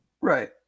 Right